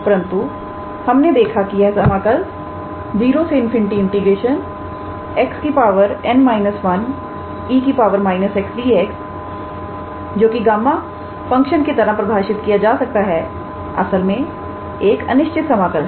परंतु हमने देखा कि यह समाकल0∞ 𝑥 𝑛−1𝑒 −𝑥𝑑𝑥 जो कि गामा फंक्शन की तरह परिभाषित किया जा सकता है असल में एक अनिश्चित समाकल है